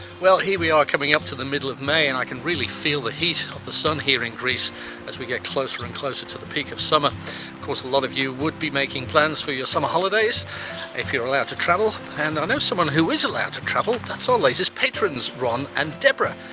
well here we are coming up to the middle of may and i can really feel the heat of the sun here in greece as we get closer and closer to the peak of summer of course a lot of you would be making plans for your summer holidays if you're allowed to travel and i know someone who is allowed to travel that's our latest patrons ron and debra.